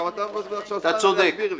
גם אתה מבזבז עכשיו זמן בשביל להסביר לי.